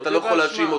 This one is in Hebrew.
אתה לא יכול להאשים אותי.